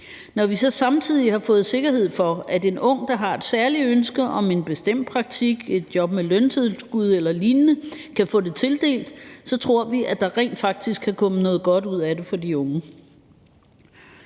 Når vi så samtidig har fået sikkerhed for, at en ung, der har et særligt ønske om en bestemt praktik, et job med løntilskud eller lignende, kan få det tildelt, tror vi, at der rent faktisk kan komme noget godt ud af det for de unge.